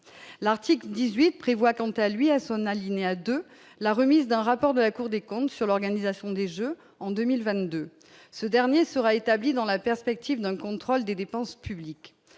l'article 18 prévoit quant à lui à son alinéa 2 la remise d'un rapport de la Cour des comptes sur l'organisation des Jeux en 2022, ce dernier sera établi dans la perspective d'un contrôle des dépenses publiques,